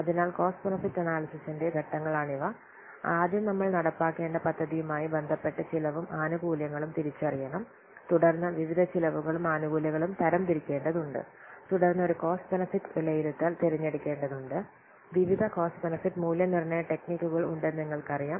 അതിനാൽ cost benefit അനാല്യ്സിസിൻറെ ഘട്ടങ്ങളാണിവ ആദ്യം നമ്മൾ നടപ്പാക്കേണ്ട പദ്ധതിയുമായി ബന്ധപ്പെട്ട ചെലവും ആനുകൂല്യങ്ങളും തിരിച്ചറിയണം തുടർന്ന് വിവിധ ചെലവുകളും ആനുകൂല്യങ്ങളും തരംതിരിക്കേണ്ടതുണ്ട് തുടർന്ന് ഒരു കോസ്റ്റ് ബെനിഫിറ്റ് വിലയിരുത്തൽ തിരഞ്ഞെടുക്കേണ്ടതുണ്ട് വിവിധ കോസ്റ്റ് ബെനിഫിറ്റ് മൂല്യനിർണ്ണയ ടെക്നിക്കുകൾ ഉണ്ടെന്ന് നിങ്ങൾക്ക് അറിയാം